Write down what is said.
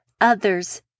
others